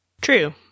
True